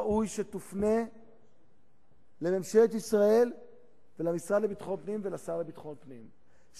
ראוי שתופנה לממשלת ישראל ולמשרד לביטחון פנים ולשר לביטחון פנים,